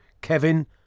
Kevin